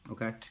Okay